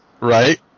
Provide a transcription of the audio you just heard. Right